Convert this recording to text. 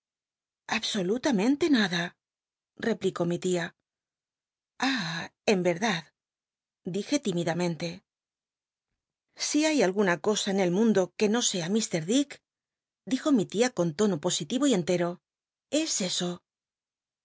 ente nada replicó mi tia ah en verdad dije tímidamente si hay alguna cosa en el mund o que no sea m dick dijo mi tia con tono positivo y entero es eso